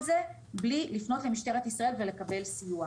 זה בלי לפנות למשטרת ישראל ולקבל סיוע,